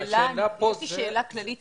יש לי שאלה כללית.